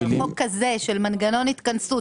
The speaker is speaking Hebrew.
אבל חוק כזה של מנגנון התכנסות,